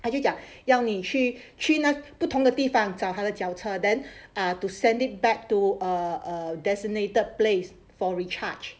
他就讲要你去去那不同的地方找他的脚车 then to err send it back to err err designated place to recharge